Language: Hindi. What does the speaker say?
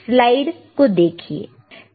स्लाइड को देखिए